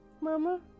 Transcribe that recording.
Mama